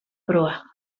proa